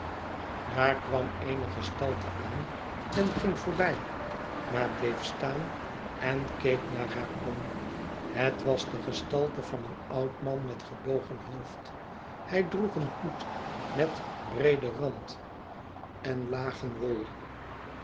daar kwam eene gestalte aan en ging voorbij maar bleef staan en keek naar haar om het was de gestalte van een oud man met gebogen hooid hij droeg een hoed met breedenrand en lagen bol